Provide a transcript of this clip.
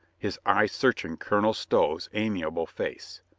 his eyes searching colonel stow's amiable face.